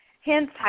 Hence